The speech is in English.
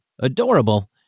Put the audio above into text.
adorable